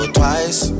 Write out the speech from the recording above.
twice